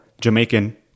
jamaican